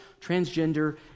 transgender